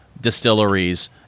distilleries